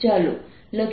ચાલો લખીએ